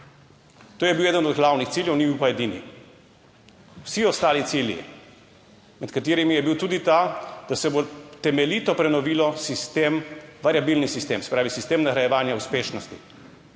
To je bil eden od glavnih ciljev, ni bil pa edini. Vsi ostali cilji, med katerimi je bil tudi ta, da se bo temeljito prenovilo sistem, variabilni sistem, se pravi sistem nagrajevanja uspešnosti,